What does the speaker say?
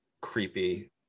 creepy